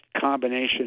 combination